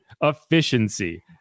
efficiency